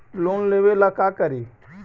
Loan लेबे ला का करि?